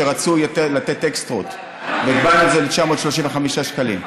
שרצו לתת אקסטרות והגבלנו את זה ל-935 שקלים.